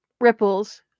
ripples